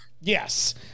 Yes